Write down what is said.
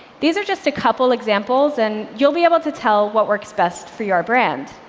these are just a couple examples, and you'll be able to tell what works best for your brand.